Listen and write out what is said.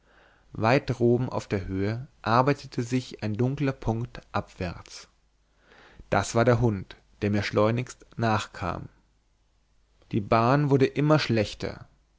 weit droben auf der höhe arbeitete sich ein dunkler punkt abwärts das war der hund der mir schleunigst nachkam die bahn wurde immer schlechter